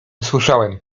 słyszałem